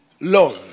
loan